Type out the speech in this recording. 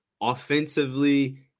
offensively